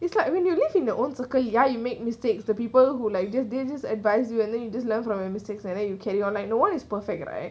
it's like when you live in your own circle ya you made mistakes the people who like just give you advise you and then you just learn from your mistakes and then you carry on like no one is perfect right